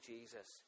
Jesus